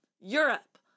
Europe